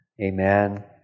Amen